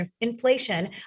inflation